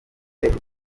bafite